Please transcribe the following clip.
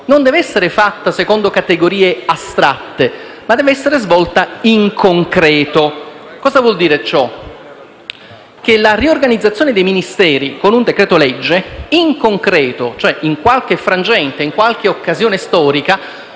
non deve essere fatta secondo categorie astratte, ma deve essere svolta in concreto. Ciò significa che la riorganizzazione dei Ministeri con un decreto-legge in qualche frangente, in qualche occasione storica,